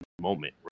moment